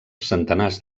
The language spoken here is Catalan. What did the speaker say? centenars